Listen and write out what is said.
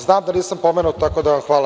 Znam da nisam pomenut, tako da hvala.